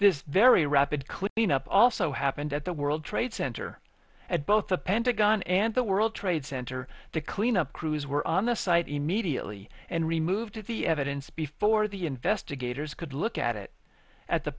this very rapid cleanup also happened at the world trade center at both the pentagon and the world trade center the cleanup crews were on the site immediately and removed it the evidence before the investigators could look at it at the